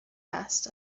passed